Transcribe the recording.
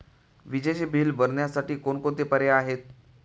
विजेचे बिल भरण्यासाठी कोणकोणते पर्याय आहेत?